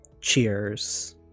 cheers